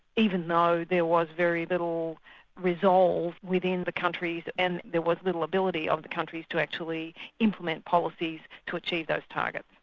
even though there was very little resolve within the countries and there was little ability of the countries to actually implement policies to achieve those targets.